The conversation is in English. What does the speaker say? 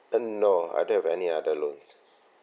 uh no I don't have any other loans